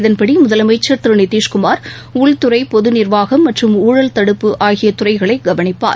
இதன்படி முதலமைச்சர் திரு நிதிஷ்குமார் உள்துறை பொதுநிர்வாகம் மற்றும் ஊழல் தடுப்பு ஆகிய துறைகளை கவனிப்பார்